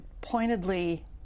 pointedly